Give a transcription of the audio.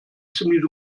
ziemlich